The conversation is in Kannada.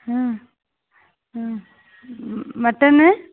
ಹ್ಞು ಹ್ಞು ಮಟನ